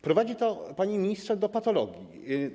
Prowadzi to, panie ministrze, do patologii.